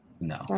no